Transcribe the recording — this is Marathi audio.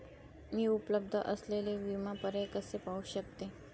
मी उपलब्ध असलेले विमा पर्याय कसे पाहू शकते?